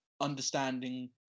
understanding